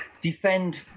defend